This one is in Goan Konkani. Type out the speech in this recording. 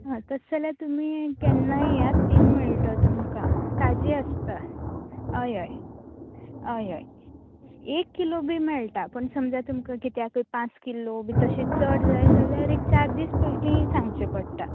हां तशें जाल्यार तुमी केन्नाय येयात तीन मेळटो तुमका ताजें आसता हय हय हय हय एक किलो बी मेळटा पूण समजा तुमका कित्याक पांच किलो बी तशे चड जाय जाल्यार एक चार दीस पयली सांगचे पडटा